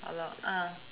ah